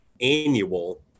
annual